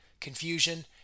confusion